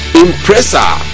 impressor